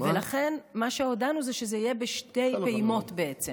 לכן מה שהודענו זה שזה יהיה בשתי פעימות, בעצם,